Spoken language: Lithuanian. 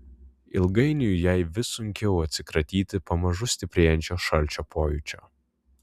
ilgainiui jai vis sunkiau atsikratyti pamažu stiprėjančio šalčio pojūčio